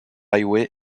highway